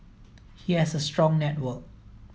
he has a strong network